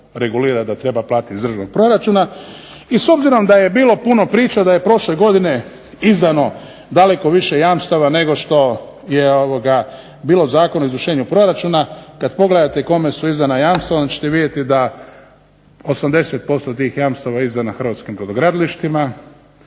regulira da treba platit iz državnog proračuna. I s obzirom da je bilo puno priča da je prošle godine izdano daleko više jamstava nego što je bilo zakona o izvršenju proračuna, kad pogledate kome su izdana jamstva onda ćete vidjeti da 80% tih jamstava je izdano Hrvatskim brodogradilištima,